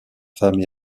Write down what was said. femme